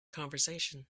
conversation